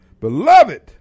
beloved